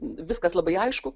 viskas labai aišku